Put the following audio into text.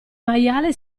maiale